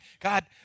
God